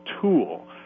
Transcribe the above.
tool